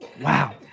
Wow